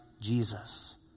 Jesus